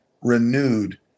renewed